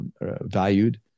valued